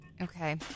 Okay